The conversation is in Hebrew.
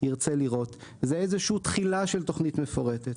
ירצה לראות זה איזושהי תחילה של תוכנית מפורטת.